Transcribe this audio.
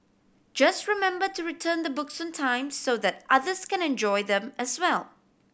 just remember to return the books on time so that others can enjoy them as well